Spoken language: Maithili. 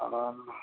आओर